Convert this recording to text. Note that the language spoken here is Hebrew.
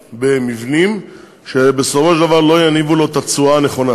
במבנים שבסופו של דבר לא יניבו לו את התשואה הנכונה,